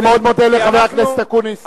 אני מאוד מודה לחבר הכנסת אקוניס.